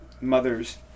mother's